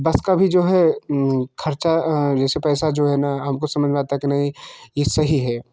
बस का भी जो है ख़र्च जैसे पैसा जो है ना हम को समझ में आता है कि नहीं ये सही है